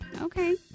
Okay